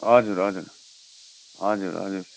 हजुर हजुर हजुर हजुर